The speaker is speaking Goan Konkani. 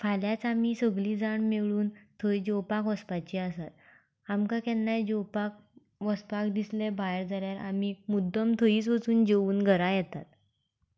फाल्यांच आमीं सगलीं जाणां मेळून थंय जेवपाक वचपाचीं आसात आमकां केन्नाय जेवपाक वचपाक दिसलें भायर जाल्यार आमीं मुद्दम थंयच वचून जेवन घरा येतात